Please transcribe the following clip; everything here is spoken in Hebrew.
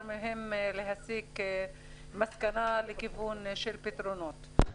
מהן להסיק מסקנה לכיוון של פתרונות.